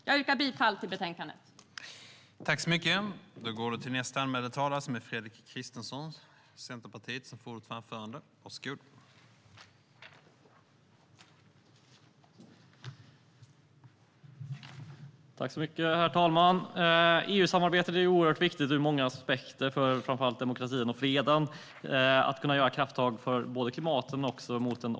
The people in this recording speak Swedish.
Jag yrkar bifall till utskottets förslag i betänkandet.